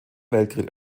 weltkrieg